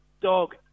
dog